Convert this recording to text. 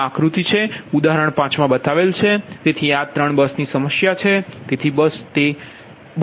તો આ આકૃતિ છે ઉદાહરણ 5 માં બતાવેલ છે તેથી આ 3 બસની સમસ્યા છે